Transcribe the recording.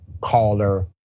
caller